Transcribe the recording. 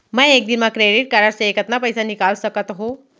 मैं एक दिन म क्रेडिट कारड से कतना पइसा निकाल सकत हो?